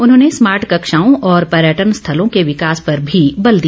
उन्होंने स्मार्ट कक्षाओं और पर्यटन स्थलों के विकास पर भी बल दिया